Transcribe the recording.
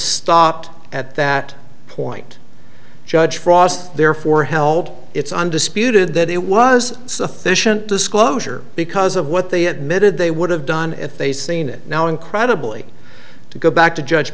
stopped at that point judge frost therefore held it's undisputed that it was sufficient disclosure because of what they had mid and they would have done if they seen it now incredibly to go back to judge